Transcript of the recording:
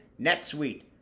NetSuite